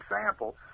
example